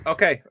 Okay